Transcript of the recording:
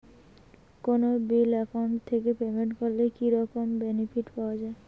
কোনো bill account থাকি payment করলে কি রকম বেনিফিট পাওয়া য়ায়?